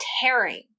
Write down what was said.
tearing